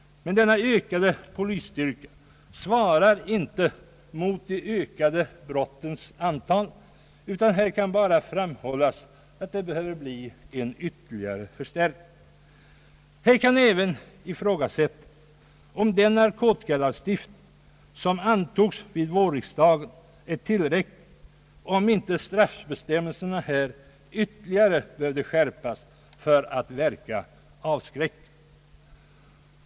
Men denna ökade polisstyrka svarar inte mot det ökade antalet brott, utan här kan bara framhållas att en ytterligare förstärkning behövs. Här kan även ifrågasättas om den narkotikalagstiftning, som antogs vid vårriksdagen, är tillräcklig och om inte straffbestämmelserna i detta fall ytterligare behöver skärpas för att verka avskräckande.